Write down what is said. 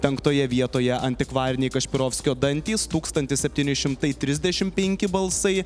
penktoje vietoje antikvariniai kašpirovskio dantys tūkstantis septyni šimtai trisdešimt penki balsai